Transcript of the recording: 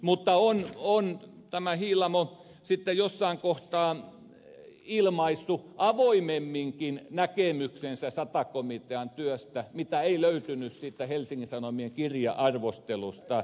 mutta on tämä hiilamo sitten jossain kohtaa ilmaissut avoimemminkin näkemyksensä sata komitean työstä mitä ei löytynyt siitä helsingin sanomien kirja arvostelusta